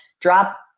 drop